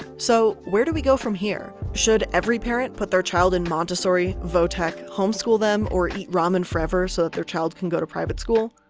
so where do we go from here? should every parent put their child in montessori, vo-tech, homeschool them, or eat ramen forever so that their child can go to private school?